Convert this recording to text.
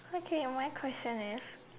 okay my question is